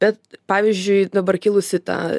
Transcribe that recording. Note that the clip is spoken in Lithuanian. bet pavyzdžiui dabar kilusi ta